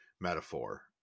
metaphor